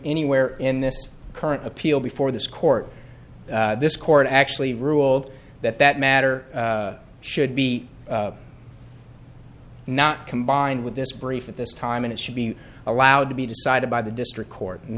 anywhere in this current appeal before this court this court actually ruled that that matter should be not combined with this brief at this time it should be allowed to be decided by the district court and